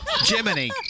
Jiminy